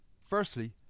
Firstly